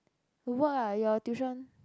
the work ah your tuition